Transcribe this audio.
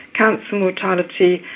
cancer mortality,